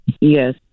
Yes